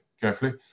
carefully